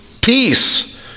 peace